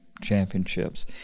championships